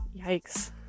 Yikes